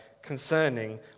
concerning